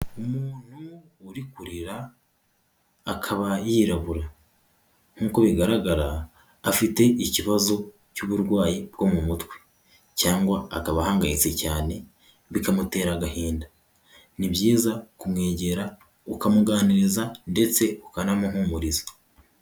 Umuntu uri kurira akaba yirabura. Nk'uko bigaragarafite ikibazo cy'uburwayi bwo mu mutwe cyangwa ahangayitse cyane, bikamutera agahinda. Ni byiza kumwegera ukamuganiriza ndetse ukanamuhumuriza.